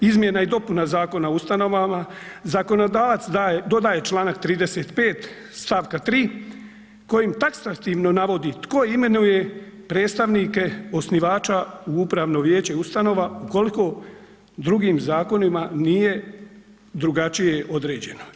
Izmjena i dopuna Zakona o ustanovama zakonodavac dodaje članak 35. stavka 3. kojim taksativno navodi tko imenuje predstavnike osnivača u upravno vijeće ustanova ukoliko drugim zakonima nije drugačije određeno.